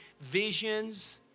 visions